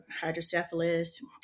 hydrocephalus